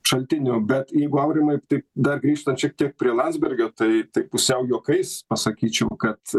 šaltinio bet jeigu aurimai taip dar grįžtant šiek tiek prie landsbergio tai tai pusiau juokais pasakyčiau kad